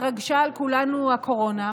התרגשה על כולנו הקורונה,